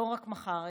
לא רק מחר,